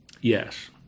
Yes